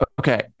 okay